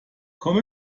kommt